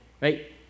right